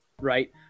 right